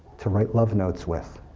to write love notes with.